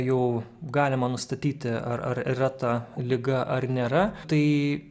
jau galima nustatyti ar ar yra ta liga ar nėra tai